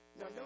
Now